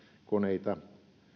koneita